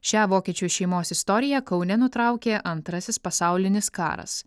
šią vokiečių šeimos istoriją kaune nutraukė antrasis pasaulinis karas